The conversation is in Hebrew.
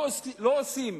לא עושים